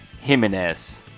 Jimenez